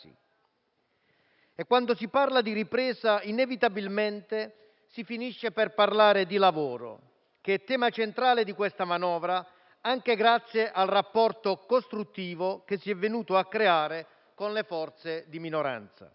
Quando si parla di ripresa, inevitabilmente si finisce per parlare di lavoro, che è tema centrale di questa manovra anche grazie al rapporto costruttivo che si è venuto a creare con le forze di minoranza.